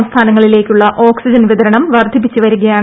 സംസ്ഥാനങ്ങളിലേക്കുള്ള oxygen വിതരണം വർദ്ധിപ്പിച്ചു വരികയാണ്